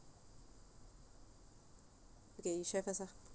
okay you share first lah